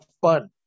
fun